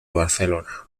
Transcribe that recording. barcelona